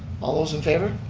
all those in favor?